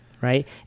Right